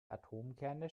atomkerne